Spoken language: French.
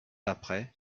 après